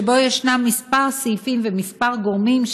שבו ישנם כמה סעיפים וכמה גורמים,